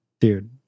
Dude